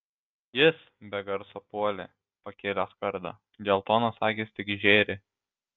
jis be garso puolė pakėlęs kardą geltonos akys tik žėri